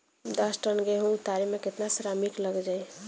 दस टन गेहूं उतारे में केतना श्रमिक लग जाई?